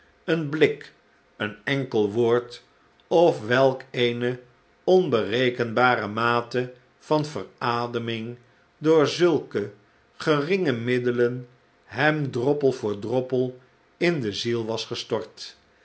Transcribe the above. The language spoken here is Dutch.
een blik een enkel woord of welk eene onberekenbare mate van verademing door zulke geringe middelen hem droppel voor droppel in de ziel was gestort